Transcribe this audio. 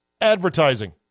advertising